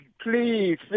please